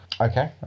Okay